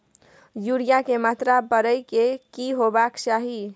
Urea के मात्रा परै के की होबाक चाही?